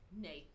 Nathan